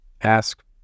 ask